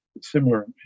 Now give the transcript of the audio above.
similar